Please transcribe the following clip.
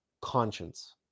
conscience